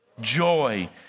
joy